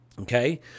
okay